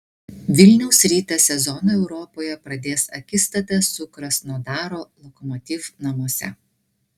vilniaus rytas sezoną europoje pradės akistata su krasnodaro lokomotiv namuose